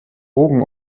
bogen